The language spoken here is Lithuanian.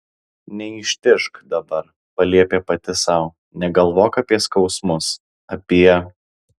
neištižk dabar paliepė pati sau negalvok apie skausmus apie